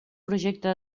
projecte